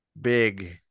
big